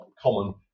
common